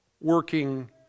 working